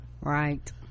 Right